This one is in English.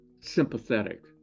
sympathetic